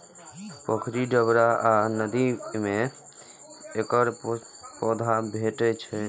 पोखरि, डबरा आ नदी मे एकर पौधा भेटै छैक